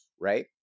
right